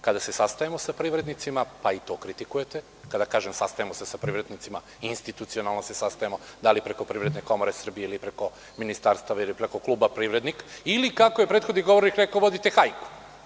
Kada se sastajemo sa privrednicima, pa i to kritikujete, kada kažem „sastajemo se“, institucionalno se sastajemo, bilo preko Privredne komore Srbije ili preko ministarstava ili preko kluba „Privrednik, ili kako je prethodni govornik rekao – vodite hajku?